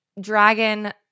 dragon